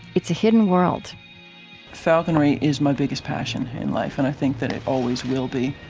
it's a hidden world falconry is my biggest passion in life. and i think that it always will be.